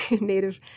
native